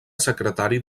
secretari